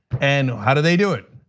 and how do they do it?